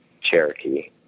Cherokee